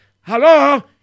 Hello